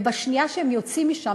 ובשנייה שהם יוצאים משם,